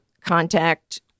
contact